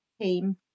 team